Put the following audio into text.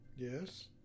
Yes